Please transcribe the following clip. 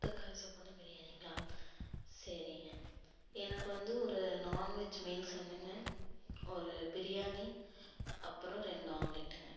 தக்காளி சாப்பாடும் பிரியாணிங்களா சரிங்க எனக்கு வந்து ஒரு நான்வெஜ் மீல்ஸ் ஒன்றுங்க ஒரு பிரியாணி அப்புறம் ரெண்டு ஆம்லெட்டுங்க